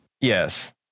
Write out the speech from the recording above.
Yes